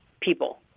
people